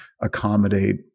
accommodate